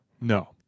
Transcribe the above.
No